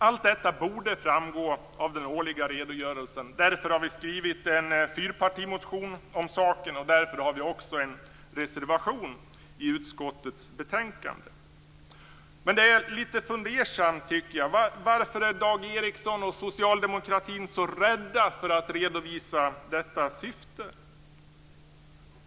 Allt detta borde framgå av den årliga redogörelsen, och därför har vi skrivit en fyrpartimotion om saken. Vi har därför också avgivit en reservation vid utskottets betänkande. Jag är litet fundersam. Varför är Dag Ericson och socialdemokratin så rädda för att redovisa detta syfte?